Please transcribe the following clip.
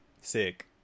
sick